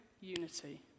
Unity